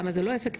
כמה זה לא אפקטיבי,